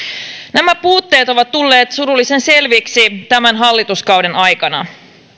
nämä puutteet ovat tulleet surullisen selviksi tämän hallituskauden aikana